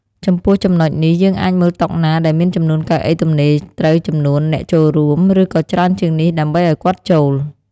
ចំពោះចំណុចនេះ យើងអាចមើលតុណាដែលមានចំនួនកៅអីទំនេរត្រូវចំនួនអ្នកចូលរួម ឬក៏ច្រើនជាងនេះ ដើម្បីឲ្យគាត់ចូល។